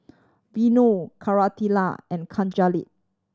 Vanu Koratala and